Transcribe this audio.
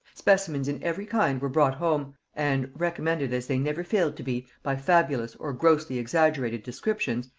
specimens in every kind were brought home, and, recommended as they never failed to be by fabulous or grossly exaggerated descriptions,